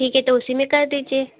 ठीक है तो उसी में कर दीजिए